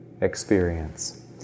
experience